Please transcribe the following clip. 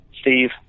Steve